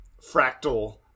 fractal